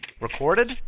Recorded